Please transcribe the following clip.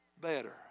better